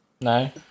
No